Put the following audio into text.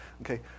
Okay